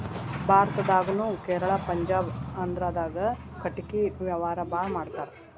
ಭಾರತದಾಗುನು ಕೇರಳಾ ಪಂಜಾಬ ಆಂದ್ರಾದಾಗ ಕಟಗಿ ವ್ಯಾವಾರಾ ಬಾಳ ಮಾಡತಾರ